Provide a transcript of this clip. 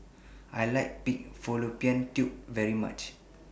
I like Pig Fallopian Tubes very much